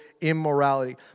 immorality